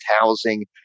housing